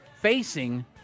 facing